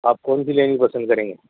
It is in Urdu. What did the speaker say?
آپ کون سی لینی پسند کریں گے